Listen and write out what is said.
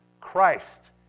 Christ